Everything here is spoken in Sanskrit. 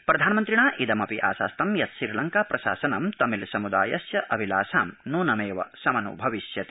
प्रधानमन्त्रिणा इदमपि आशास्तं यत् श्रीलंका प्रशासनं तमिल समृदायस्य अभिलाषां ननमेव समन्भविष्यति